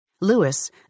Lewis